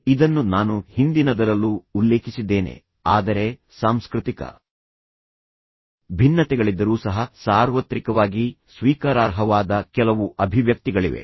ಇದನ್ನು ನಾನು ಹಿಂದಿನದರಲ್ಲೂ ಉಲ್ಲೇಖಿಸಿದ್ದೇನೆ ಆದರೆ ಸಾಂಸ್ಕೃತಿಕ ಭಿನ್ನತೆಗಳಿದ್ದರೂ ಸಹ ಸಾರ್ವತ್ರಿಕವಾಗಿ ಸ್ವೀಕಾರಾರ್ಹವಾದ ಕೆಲವು ಅಭಿವ್ಯಕ್ತಿಗಳಿವೆ